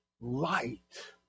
light